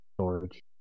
storage